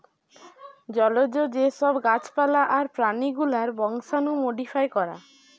জলজ যে সব গাছ পালা আর প্রাণী গুলার বংশাণু মোডিফাই করা